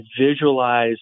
visualize